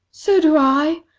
so do i!